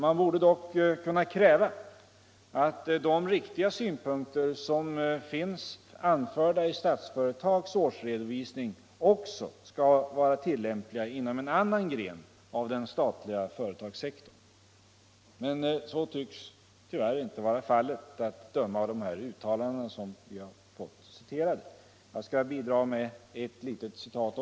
Man borde dock kunna kräva att de riktiga synpunkter som finns anförda i Statsföretags årsredovisning också skall vara tillämpliga inom en annan gren av den statliga företagssektorn. Men så tycks tyvärr inte vara fallet, att döma av de uttalanden som vi har fått citerade. Jag skall också bidra med ett litet citat.